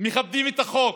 מכבדים את החוק,